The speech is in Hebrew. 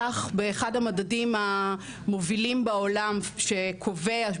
כך באחד המדדים המובילים בעולם שקובע,